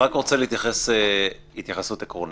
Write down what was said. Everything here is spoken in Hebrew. אני רק רוצה להתייחס התייחסות עקרונית.